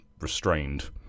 restrained